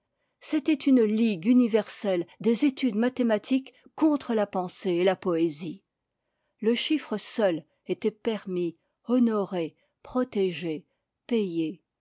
c'était une ligue universelle des études mathématiques contre la pensée et la poésie le chiffre seul était permis honoré protégé payé